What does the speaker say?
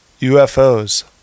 ufos